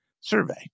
survey